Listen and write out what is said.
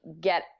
get